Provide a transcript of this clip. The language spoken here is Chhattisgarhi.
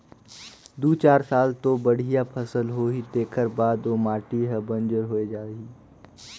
दू चार साल तो बड़िया फसल होही तेखर बाद ओ माटी हर बंजर होए जाही